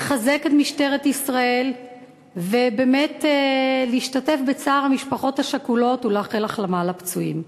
לחזק את משטרת ישראל ולהשתתף בצער המשפחות השכולות ולאחל החלמה לפצועים.